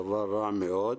דבר רע מאוד.